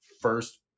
first